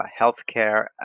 healthcare